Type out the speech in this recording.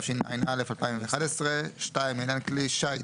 התשע"א 2011‏; (2) לעניין כלי שיט,